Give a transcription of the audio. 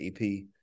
ep